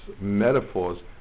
metaphors